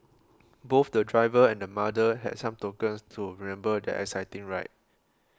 both the driver and the mother had some tokens to remember their exciting ride